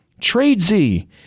TradeZ